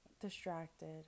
distracted